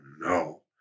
no